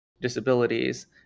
disabilities